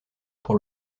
pour